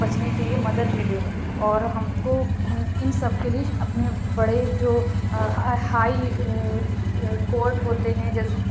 بچنے کے لیے مدد ملے اور ہم کو اِن سب کے لی اپنے بڑے جو ہائی کورٹ ہوتے ہیں جیسے